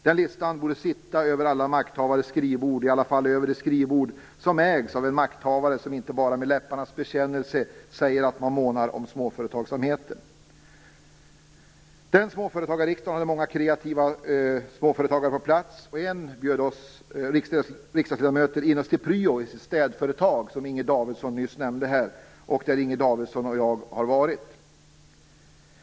Den listan borde sitta över alla makthavares skrivbord - i alla fall över de skrivbord som ägs av en makthavare som inte bara med läpparnas bekännelse säger att man månar om småföretagsamheten. Den småföretagarriksdagen hade många kreativa småföretagare på plats, och en bjöd in oss riksdagsledamöter till pryo i sitt städföretag, som Inger Davidson nyss nämnde. Hon och jag har också varit där.